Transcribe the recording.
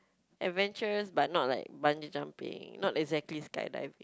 adventurous but not like bungee jumping not exactly skydiving